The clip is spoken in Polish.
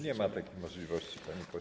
Nie ma takiej możliwości, panie pośle.